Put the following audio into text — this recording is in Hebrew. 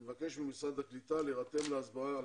נבקש ממשרד הקליטה להירתם להסברה על